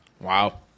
Wow